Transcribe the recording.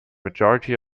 majority